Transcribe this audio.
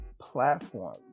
platform